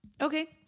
Okay